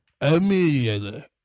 immediately